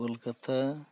Kolkata